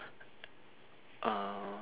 uh